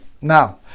Now